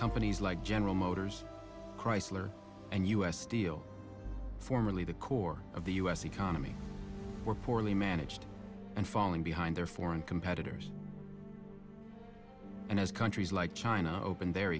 companies like general motors chrysler and u s steel formerly the core of the u s economy were poorly managed and falling behind their foreign competitors and as countries like china opened their